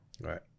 Right